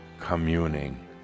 communing